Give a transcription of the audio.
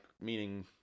meaning